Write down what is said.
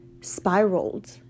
spiraled